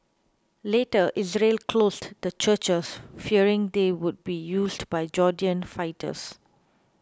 later Israel closed the churches fearing they would be used by Jordanian fighters